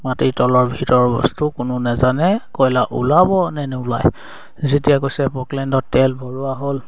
মাটিৰ তলৰ ভিতৰৰ বস্তু কোনো নেজানে কয়লা ওলাব নে নোলায় যেতিয়া কৈছে বকলেণ্ডত তেল ভৰোৱা হ'ল